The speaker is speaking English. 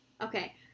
Okay